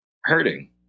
hurting